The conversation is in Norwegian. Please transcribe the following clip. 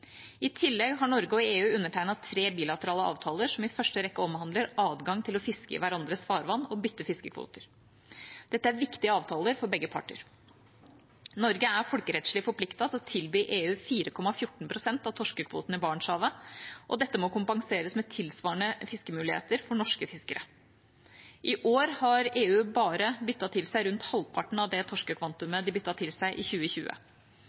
I tillegg har Norge og EU undertegnet tre bilaterale avtaler som i første rekke omhandler adgang til å fiske i hverandres farvann og bytte av fiskekvoter. Dette er viktige avtaler for begge parter. Norge er folkerettslig forpliktet til å tilby EU 4,14 pst. av torskekvoten i Barentshavet, og dette må kompenseres med tilsvarende fiskemuligheter for norske fiskere. I år har EU bare byttet til seg rundt halvparten av det torskekvantumet de byttet til seg i 2020.